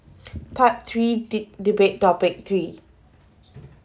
part three deb~ debate topic three